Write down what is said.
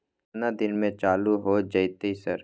केतना दिन में चालू होय जेतै सर?